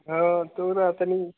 हँ तोरा तनि